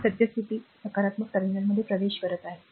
ही सद्यस्थिती सकारात्मक टर्मिनलमध्ये प्रवेश करत आहे